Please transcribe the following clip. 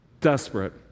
Desperate